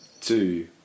two